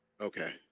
Okay